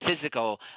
physical